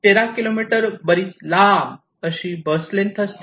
13 kilometre बरीच लांब अशी बस लेंग्थ असते